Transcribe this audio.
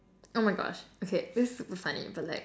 oh my gosh okay this is super funny but like